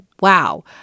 wow